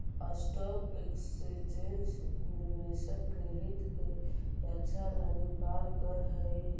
stock exchange निवेशक के हित के रक्षा लगी कार्य करऽ हइ